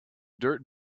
dirt